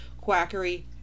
quackery